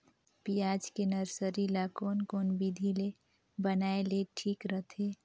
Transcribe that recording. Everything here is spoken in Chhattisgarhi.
पियाज के नर्सरी ला कोन कोन विधि ले बनाय ले ठीक रथे?